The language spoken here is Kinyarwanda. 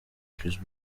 chris